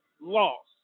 lost